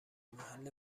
محل